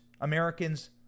Americans